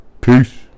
Peace